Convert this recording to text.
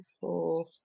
four